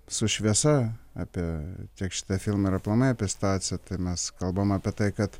su šviesa apie tiek šitą filmą ir aplamai apie situaciją tai mes kalbam apie tai kad